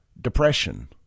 depression